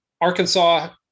arkansas